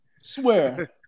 Swear